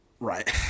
Right